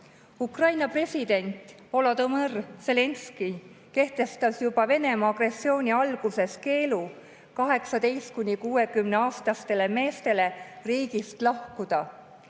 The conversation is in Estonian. Ukraina president Volodõmõr Zelenskõi kehtestas juba Venemaa agressiooni alguses 18–60‑aastastele meestele keelu riigist lahkuda